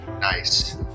Nice